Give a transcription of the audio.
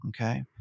Okay